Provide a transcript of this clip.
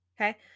Okay